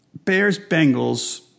Bears-Bengals